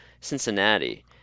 Cincinnati